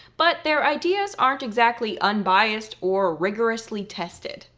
but their ideas aren't exactly unbiased or rigorously tested.